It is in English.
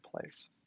place